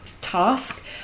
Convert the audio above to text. task